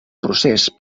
procés